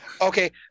Okay